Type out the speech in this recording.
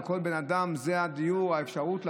הוא האפשרות לדור.